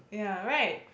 ya right